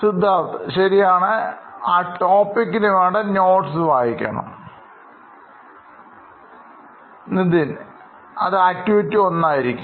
Siddharth ശരിയാണ് ആ ടോപിക്കിനെ വേണ്ട notes വായിക്കണം Nithin അത് ആക്ടിവിറ്റി ഒന്നായിരിക്കും